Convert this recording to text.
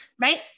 right